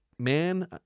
Man